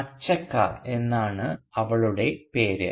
അച്ചക്ക എന്നാണ് അവളുടെ പേര്